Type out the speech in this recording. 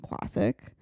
classic